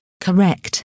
correct